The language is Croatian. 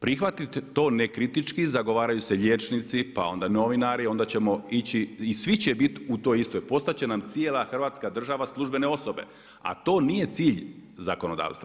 Prihvatiti to nekritički zagovaraju se liječnici, pa onda novinari onda ćemo ići i svi će biti u toj istoj, postati će nam cijela Hrvatska država službene osobe a to nije cilj zakonodavstva.